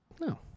no